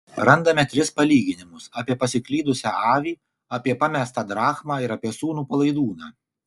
randame tris palyginimus apie pasiklydusią avį apie pamestą drachmą ir apie sūnų palaidūną